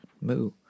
Moo